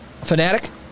Fanatic